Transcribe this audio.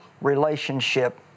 relationship